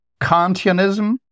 Kantianism